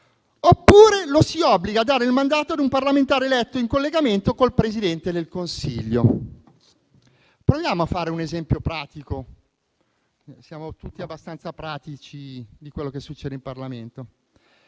oppure lo si obbliga a dare il mandato ad un parlamentare eletto in collegamento col Presidente del Consiglio? Proviamo a fare un esempio pratico, visto che siamo tutti abbastanza pratici di quello che succede in Parlamento.